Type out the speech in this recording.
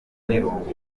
n’irungu